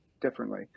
differently